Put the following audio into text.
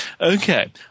okay